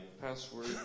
password